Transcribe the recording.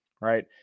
Right